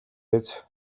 биз